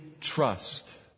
trust